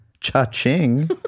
Cha-ching